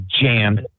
jammed